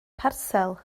parsel